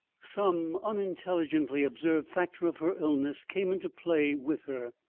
some unintelligently observed factor of her illness came into play with her,